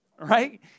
right